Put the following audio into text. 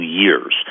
years